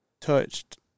touched